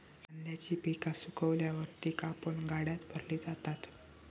धान्याची पिका सुकल्यावर ती कापून गाड्यात भरली जातात